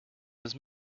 his